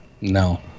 No